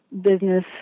business